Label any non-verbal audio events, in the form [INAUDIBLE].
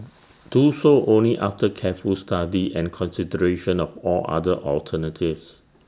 [NOISE] do so only after careful study and consideration of all other alternatives